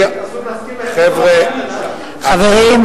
חברים,